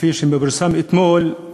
לפי מה שפורסם אתמול,